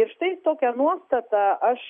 ir štai tokia nuostata aš